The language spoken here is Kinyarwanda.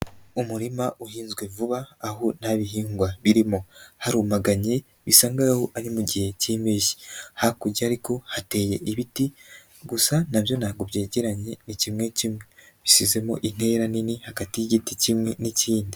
Umurima uhinzwe vuba aho nta bihingwa birimo, harumaganye bisa nkaho ari mu gihe cy'impeshyi, hakurya ariko hateye ibiti gusa nabyo ntabwo byegeranye ni kimwe kimwe, bisizemo intera nini hagati y'igiti kimwe n'ikindi.